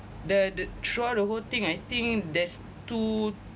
the throughout the whole thing I think that's two